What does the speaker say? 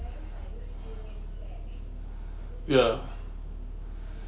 ya